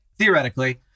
Theoretically